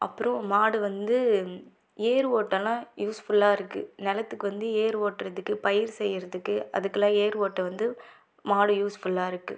அப்புறம் மாடு வந்து ஏறு ஓட்டல்லா யூஸ்ஃபுல்லாக இருக்குது நிலத்துக்கு வந்து ஏர் ஓட்டுறதுக்கு பயிர் செய்கிறதுக்கு அதுக்கெல்லாம் ஏர் ஓட்ட வந்து மாடு யூஸ்ஃபுல்லாக இருக்குது